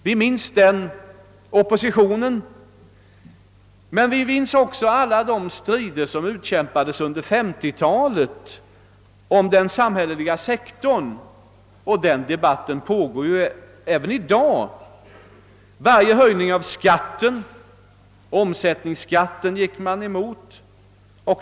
Vi minns den oppositionen — men vi minns också alla de strider som utkämpades under 1950-talet om den samhälleliga sektorn, en debatt som pågår även i dag. Man motsatte sig varje höjning av skatterna, bl.a. omsättningsskatten.